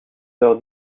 heures